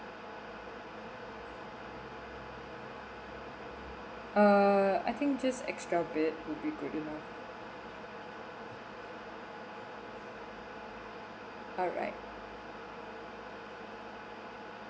uh I think just extra bed would be good enough alright